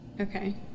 Okay